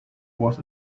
was